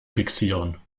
fixieren